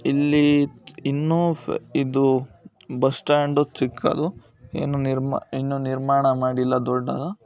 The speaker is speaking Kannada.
ಇಲ್ಲಿ ಇನ್ನೂ ಫ್ ಇದು ಬಸ್ ಸ್ಟ್ಯಾಂಡು ಚಿಕ್ಕದು ಏನು ನಿರ್ಮ ಇನ್ನೂ ನಿರ್ಮಾಣ ಮಾಡಿಲ್ಲ ದೊಡ್ಡದು